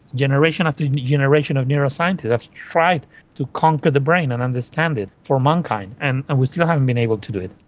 generation after generation of neuroscientists have tried to conquer the brain and understand it for mankind, and and we still haven't been able to do it.